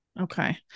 Okay